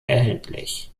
erhältlich